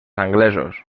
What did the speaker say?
anglesos